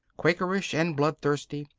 quakerish and bloodthirsty,